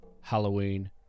halloween